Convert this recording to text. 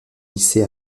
lycée